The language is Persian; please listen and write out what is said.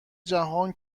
جهان